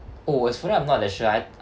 oh as for me I thought that should I